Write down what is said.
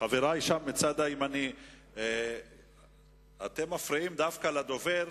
חברי בצד הימני, אתם מפריעים דווקא לדובר.